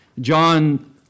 John